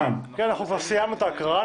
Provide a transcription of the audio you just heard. בר סיימנו את ההקראה.